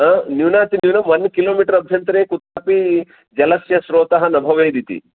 हा न्यूनातिन्यूनं one kilometre अभ्यन्तरे कुत्रापि जलस्य स्रोतः न भवेदिति